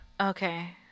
Okay